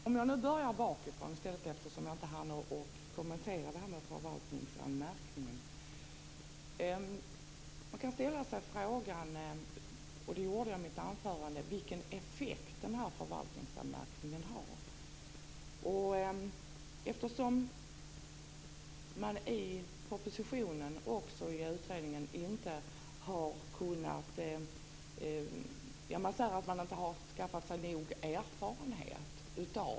Fru talman! Jag börjar bakifrån eftersom jag inte hann kommentera det som sades om förvaltningsanmärkning. Vi kan ställa oss frågan - det gjorde jag i mitt anförande - vilken effekt förvaltningsanmärkningen har. Det sägs i propositionen och i utredningsbetänkandet att vi inte har skaffat oss nog erfarenhet.